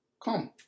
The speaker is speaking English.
Come